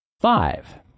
Five